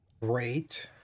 great